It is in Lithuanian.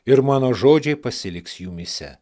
ir mano žodžiai pasiliks jumyse